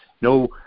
No